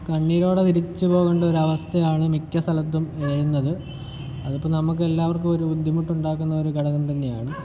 കണ്ണീരോടെ തിരിച്ച് പോകേണ്ട ഒരവസ്ഥയാണ് മിക്ക സ്ഥലത്തും വരുന്നത് അതിപ്പം നമുക്കെല്ലാവർക്കും ഒരു ബുദ്ധിമുട്ട് ഉണ്ടാക്കുന്ന ഒരു ഘടകം തന്നെയാണ്